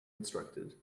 instructed